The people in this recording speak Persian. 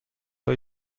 های